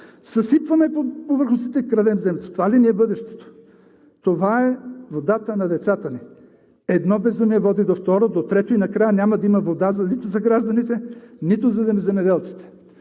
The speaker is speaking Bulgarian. Съсипваме повърхностните и крадем землището. Това ли ни е бъдещето? Това е водата на децата ни. Едно безумие води до второ, до трето и накрая няма да има вода нито за гражданите, нито за земеделците.